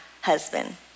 husband